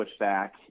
pushback